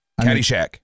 Caddyshack